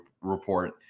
report